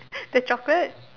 the chocolate